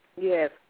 Yes